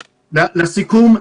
לסיכום,